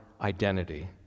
identity